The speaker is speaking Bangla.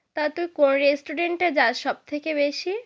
তা তুই কোন রেস্টুরেন্টায় যাস সব থেকে বেশি